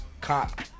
cop